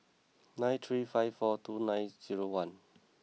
nine three five four two nine zero one